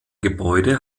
gebäude